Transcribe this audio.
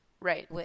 right